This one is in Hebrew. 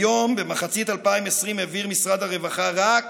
כיום, במחצית 2020, העביר משרד הרווחה רק